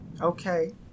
Okay